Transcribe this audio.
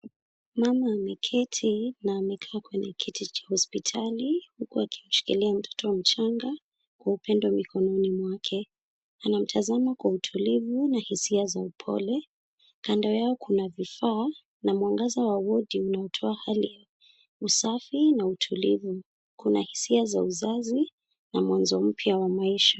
Mama ameketi na amekaa kwenye kiti cha hospitali huku akimshikilia mtoto mchanga kwa upendo mikononi mwake. Anamtazama kwa utulivu na hisia za upole. Kando yao kuna vifaa na mwangaza wa ward unaotoa hali usafi na utulivu. Kuna hisia za uzazi na mwanzo mpya wa maisha.